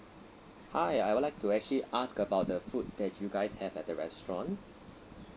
hi I would like to actually ask about the food that you guys have at the restaurant